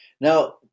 Now